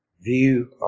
view